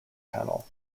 panel